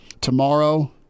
tomorrow